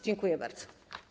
Dziękuję bardzo.